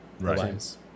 Right